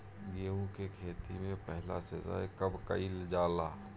गेहू के खेती मे पहला सिंचाई कब कईल जाला?